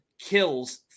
kills